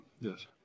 Yes